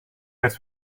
werd